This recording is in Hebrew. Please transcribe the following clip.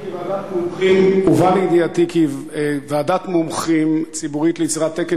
הובא לידיעתי כי ועדת מומחים ציבורית ליצירת תקן